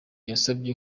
yasabye